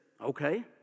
okay